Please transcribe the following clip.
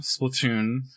Splatoon